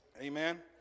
Amen